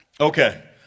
Okay